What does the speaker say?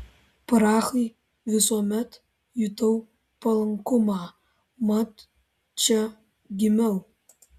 prahai visuomet jutau palankumą mat čia gimiau